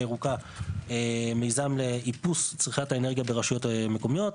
ירוקה מיזם לאיפוס צריכת האנרגיה ברשויות מקומיות,